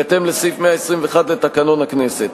בהתאם לסעיף 121 לתקנון הכנסת.